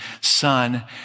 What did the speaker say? son